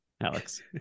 Alex